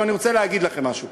עכשיו אני רוצה להגיד לכם משהו: